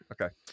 Okay